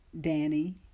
Danny